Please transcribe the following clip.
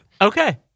Okay